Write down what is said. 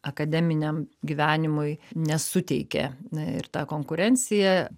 akademiniam gyvenimui nesuteikė ir ta konkurencija